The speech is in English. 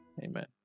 Amen